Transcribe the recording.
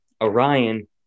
Orion